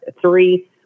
three